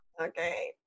Okay